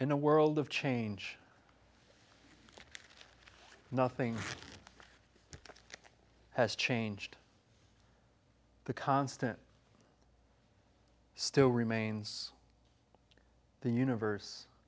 in a world of change nothing has changed the constant still remains the universe